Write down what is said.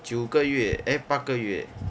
九个月 eh eh 八个月 eh